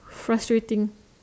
frustrating